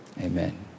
Amen